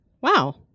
Wow